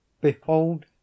behold